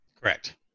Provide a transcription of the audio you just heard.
Correct